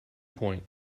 point